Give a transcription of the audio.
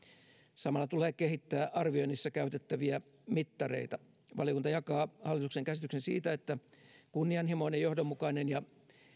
samalla tulee kehittää arvioinnissa käytettäviä mittareita valiokunta jakaa hallituksen käsityksen siitä että kunnianhimoinen johdonmukainen ja